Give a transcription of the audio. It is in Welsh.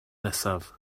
nesaf